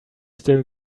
still